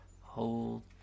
Hold